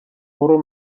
برو